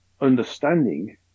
understanding